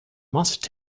must